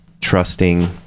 trusting